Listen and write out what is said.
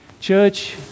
Church